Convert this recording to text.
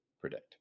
predict